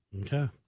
Okay